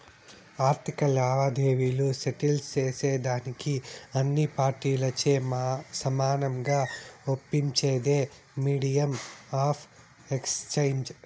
ఆర్థిక లావాదేవీలు సెటిల్ సేసేదానికి అన్ని పార్టీలచే సమానంగా ఒప్పించేదే మీడియం ఆఫ్ ఎక్స్చేంజ్